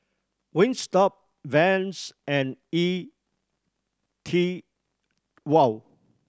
Wingstop Vans and E Twow